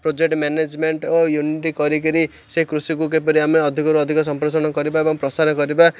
project management ଓ ୟ୍ୟୁନିଟି କରିକିରି ସେ କୃଷିକୁ କିପରି ଆମେ ଅଧିକରୁ ଅଧିକ ସମ୍ପ୍ରାସାରଣ କରିବା ଏବଂ ପ୍ରସାର କରିବା